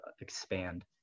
expand